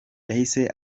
yahise